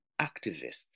activists